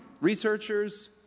researchers